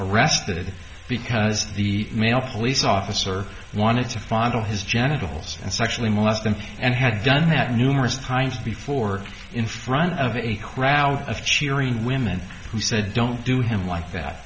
arrested because the male police officer wanted to follow his genitals and sexually molest them and had done that numerous times before in front of a crowd of cheering women who said don't do him like that